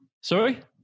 Sorry